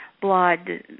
blood